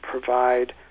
provide